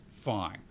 Fine